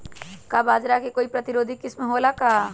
का बाजरा के कोई प्रतिरोधी किस्म हो ला का?